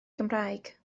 gymraeg